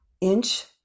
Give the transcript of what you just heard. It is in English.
inch